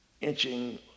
inching